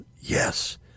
Yes